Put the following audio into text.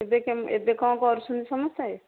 ଏବେ ଏବେ କ'ଣ କରୁଛନ୍ତି ସମସ୍ତେ